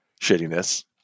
Shittiness